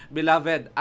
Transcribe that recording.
Beloved